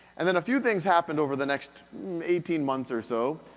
and then a few things happened over the next eighteen months or so.